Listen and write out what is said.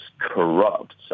corrupt